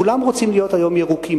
כולם רוצים היום להיות ירוקים.